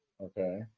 Okay